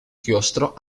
chiostro